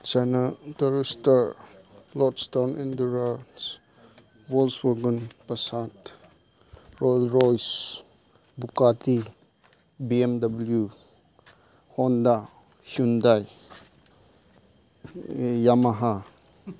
ꯆꯅꯥ ꯇꯔꯨꯁꯇꯔ ꯂꯣꯞꯁꯇꯣꯟ ꯏꯟꯗꯤꯔꯥꯁ ꯋꯣꯜꯞꯁ ꯄꯣꯒꯟ ꯄꯁꯥꯠ Rolls Royce Bugatti B M W Honda Hyundai ꯌꯝꯃꯍꯥ